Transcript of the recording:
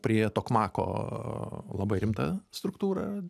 prie tokmako labai rimta struktūra